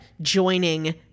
joining